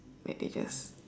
bandages